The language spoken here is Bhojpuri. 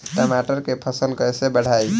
टमाटर के फ़सल कैसे बढ़ाई?